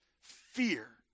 Fear